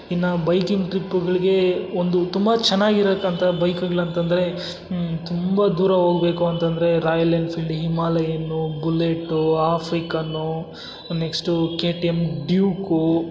ಇನ್ನು ಬೈಕಿಂಗ್ ಟ್ರಿಪ್ಗಳ್ಗೆ ಒಂದು ತುಂಬ ಚೆನ್ನಾಗಿರಕಂತ ಬೈಕಗಳಂತಂದ್ರೆ ತುಂಬ ದೂರ ಹೋಗ್ಬೇಕು ಅಂತಂದರೆ Royal Enfield Himalayan Bullet African next K T M Duke